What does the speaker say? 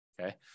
Okay